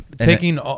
taking –